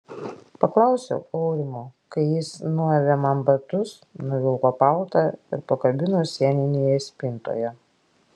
paklausiau aurimo kai jis nuavė man batus nuvilko paltą ir pakabino sieninėje spintoje